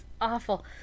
awful